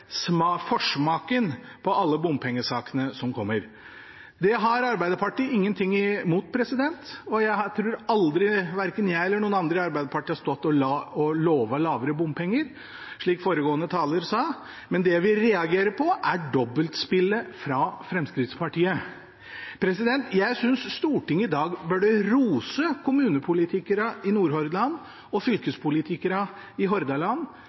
bare forsmaken på alle bompengesakene som kommer. Det har Arbeiderpartiet ingenting imot. Jeg tror jeg aldri, verken jeg eller noen andre i Arbeiderpartiet, har stått og lovet lavere bompengetakster, slik foregående taler sa. Det vi reagerer på, er dobbeltspillet fra Fremskrittspartiet. Jeg synes Stortinget i dag burde rose kommunepolitikerne i Nordhordland og fylkespolitikerne i Hordaland